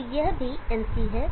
तो यह भी NC है